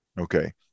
okay